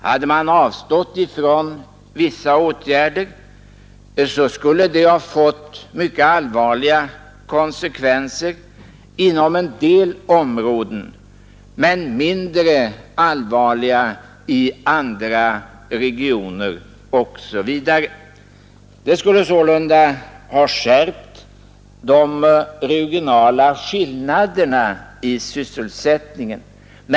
Hade man avstått ifrån vissa åtgärder, skulle det ha fått mycket allvarliga konsekvenser inom en del områden men mindre allvarliga i andra regioner. Det skulle sålunda ha skärpt de regionala skillnaderna i sysselsättningen.